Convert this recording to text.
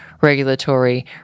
regulatory